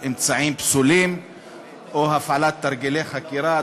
אמצעים פסולים או מהפעלת תרגילי חקירה.